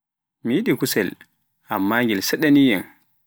Mi yiɗi kuseel amma ngel saɗaani yam.